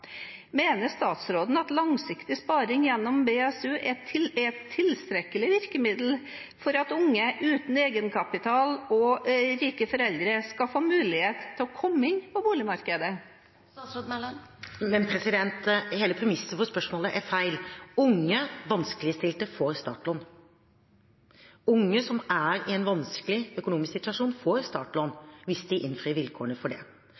Mener statsråden at langsiktig sparing gjennom BSU er et tilstrekkelig virkemiddel for at unge uten egenkapital og rike foreldre skal få mulighet til å komme inn på boligmarkedet? Hele premisset for spørsmålet er feil. Unge vanskeligstilte får startlån. Unge som er i en vanskelig økonomisk situasjon, får startlån hvis de innfrir vilkårene for det.